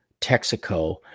Texaco